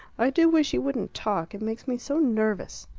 i do wish you wouldn't talk it makes me so nervous.